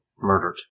murdered